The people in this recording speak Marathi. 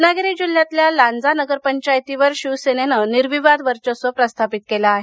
रत्नागिरी जिल्ह्यातल्या लांजा नगरपंचायतीवर शिवसेनेनं निर्विवाद वर्चस्व प्रस्थापित केलं आहे